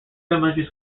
elementary